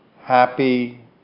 happy